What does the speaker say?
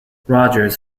rogers